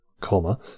Comma